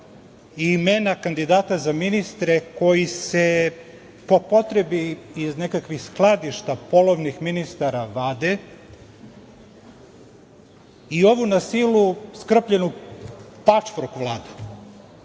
i imena kandidata za ministre koji se po potrebi iz nekakvih skladišta polovnih ministara vade i ovu na silu skrpljenu pačvork Vladu…